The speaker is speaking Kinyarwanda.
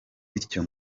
bityo